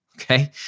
Okay